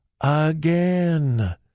again